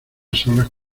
solas